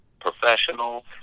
professional